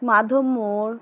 মাধব মোড়